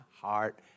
heart